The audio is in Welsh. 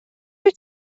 wyt